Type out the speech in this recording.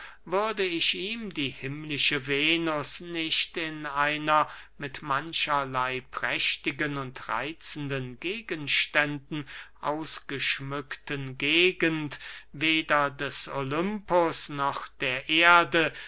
würde ich ihm die himmlische venus nicht in einer mit mancherley prächtigen und reitzenden gegenständen ausgeschmückten gegend weder des olympus noch der erde